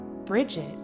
Bridget